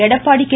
Edappadi K